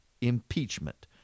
impeachment